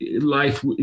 life